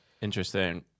Interesting